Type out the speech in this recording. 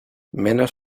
menos